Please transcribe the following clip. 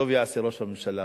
טוב יעשה ראש הממשלה,